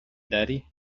daddy